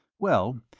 well,